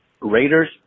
Raiders